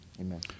Amen